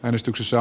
äänestyksessä